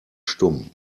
stumm